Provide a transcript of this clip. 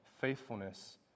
faithfulness